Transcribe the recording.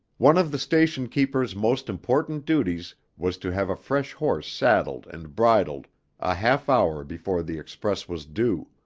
one of the station-keeper's most important duties was to have a fresh horse saddled and bridled a half hour before the express was due.